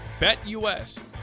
BetUS